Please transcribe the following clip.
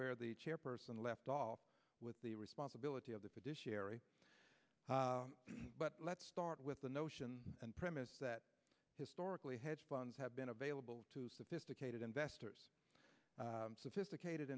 where the chairperson left off with the responsibility of the british ery but let's start with the notion and premise that historically hedge funds have been available to sophisticated investors sophisticated